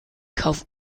kauf